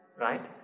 Right